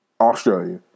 Australia